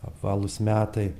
apvalūs metai